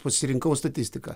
pasirinkau statistiką